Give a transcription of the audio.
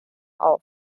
auf